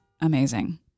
amazing